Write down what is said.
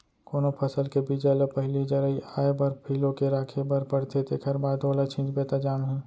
कोनो फसल के बीजा ल पहिली जरई आए बर फिलो के राखे बर परथे तेखर बाद ओला छिंचबे त जामही